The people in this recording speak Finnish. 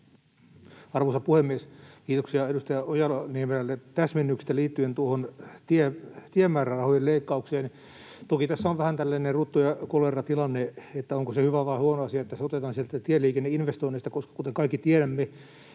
Arvoisa puhemies! Kiitoksia edustaja Ojala-Niemelälle täsmennyksestä liittyen tuohon tiemäärärahojen leikkaukseen. Toki tässä on vähän tällainen rutto ja kolera ‑tilanne, että onko se hyvä vai huono asia, että se otetaan tieliikenneinvestoinneista, koska kuten kaikki tiedämme,